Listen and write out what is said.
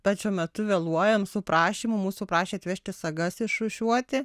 bet šiuo metu vėluojam su prašymu mūsų prašė atvežti sagas išrūšiuoti